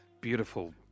beautiful